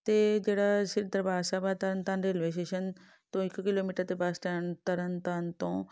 ਅਤੇ ਜਿਹੜਾ ਸ੍ਰੀ ਦਰਬਾਰ ਸਾਹਿਬ ਆ ਤਰਨ ਤਾਰਨ ਰੇਲਵੇ ਸਟੇਸ਼ਨ ਤੋਂ ਇੱਕ ਕਿਲੋਮੀਟਰ 'ਤੇ ਬਸ ਸਟੈਂਡ ਤਰਨ ਤਰਨ ਤੋਂ